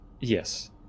Yes